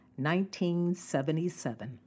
1977